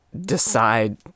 decide